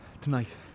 Tonight